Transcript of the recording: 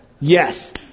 Yes